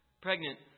pregnant